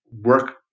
work